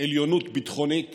עליונות ביטחונית